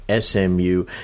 SMU